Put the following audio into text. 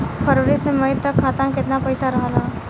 फरवरी से मई तक खाता में केतना पईसा रहल ह?